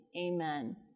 amen